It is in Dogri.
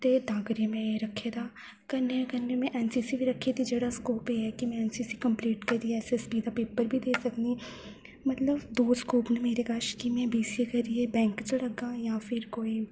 ते तां करियै में रक्खे दा कन्नै कन्नै में एनसीसी बी रक्खी दी जेह्ड़ा स्कोप एह् ऐ के एनसीसी कम्प्लीट करियै एसएसपी दा पेपर बी देई सकनी मतलब दो स्कोप न मेरे कश कि मैं बीसीए करयै बैंक च लग्गां जां फिर कोई